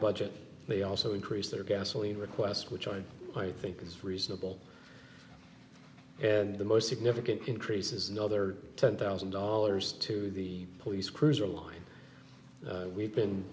budget they also increase their gasoline request which i might think is reasonable and the most significant increases another ten thousand dollars to the police cruiser line we've been